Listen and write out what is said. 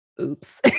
oops